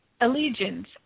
allegiance